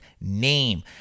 name